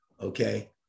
Okay